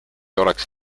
oleks